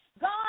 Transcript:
God